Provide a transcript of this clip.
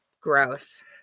Gross